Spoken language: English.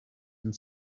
and